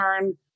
learn